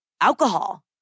alcohol